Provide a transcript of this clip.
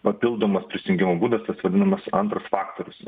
papildomas prisijungimo būdas tas vadinamas antras faktorius